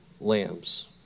lambs